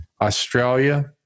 Australia